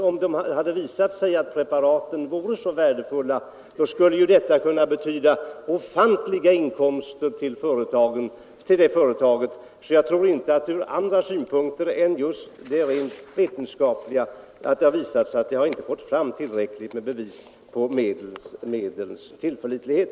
Om det hade visat sig att preparaten vore så värdefulla skulle det kunna betyda ofantliga inkomster för företaget. Men man har alltså inte fått fram tillräckligt med bevis för medlets tillförlitlighet.